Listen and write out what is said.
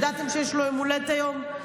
ידעתם שיש לו יום הולדת היום?